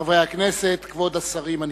חברי הכנסת, כבוד השרים הנכבדים,